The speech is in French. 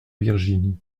virginie